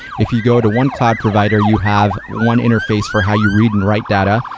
if you go to one cloud provider, you have one interface for how you read and write data.